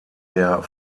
der